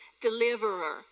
deliverer